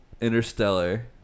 Interstellar